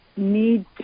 Need